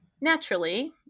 naturally